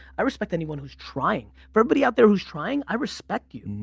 i respect anyone who's trying. for everybody out there who's trying, i respect you.